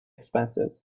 expenses